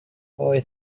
boy